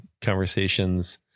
conversations